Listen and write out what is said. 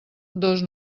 dos